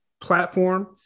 platform